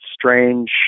strange